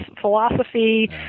philosophy